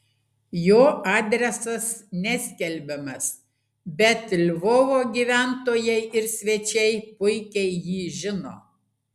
jo adresas neskelbiamas bet lvovo gyventojai ir svečiai puikiai jį žino